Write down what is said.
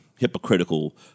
hypocritical